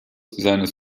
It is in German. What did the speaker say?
seines